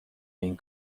این